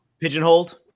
pigeonholed